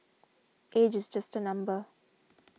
age is just a number